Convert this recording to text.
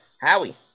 Howie